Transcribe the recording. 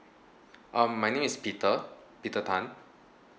uh my name is peter peter tan